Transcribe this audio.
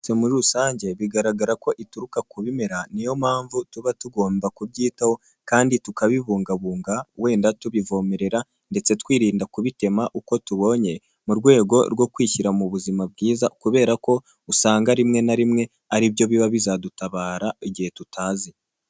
Byose muri rusange bigaragara ko ituruka ku bimera niyo mpamvu tuba tugomba kubyitaho kandi tukabibungabunga wenda tubivomerera ndetse twirinda kubitema uko tubonye mu rwego rwo kwishyira mu buzima bwiza kubera ko usanga rimwe na rimwe ari byo biba bizadutabara igihe tutazi.